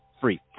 free